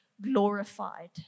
glorified